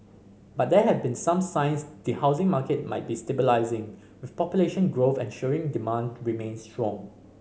but there have been some signs the housing market might be stabilising with population growth ensuring demand remains strong